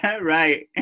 Right